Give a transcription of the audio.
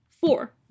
Four